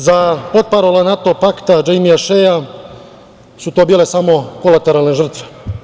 Za portparole NATO pakta, Džejmija Šeja su to bile samo kolateralne žrtve.